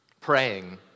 praying